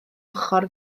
ochr